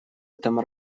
этом